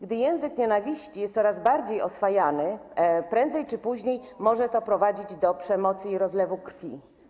Gdy język nienawiści jest coraz bardziej oswajany, prędzej czy później może to prowadzić do przemocy i rozlewu krwi.